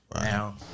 now